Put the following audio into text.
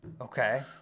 Okay